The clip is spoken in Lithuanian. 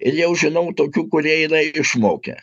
ir jau žinau tokių kurie yra išmokę